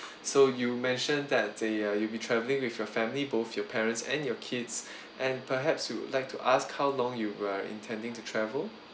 so you mentioned that the uh you'll be travelling with your family both your parents and your kids and perhaps we would like to ask how long you are intending to travel